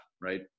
Right